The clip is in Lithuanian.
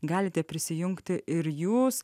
galite prisijungti ir jūs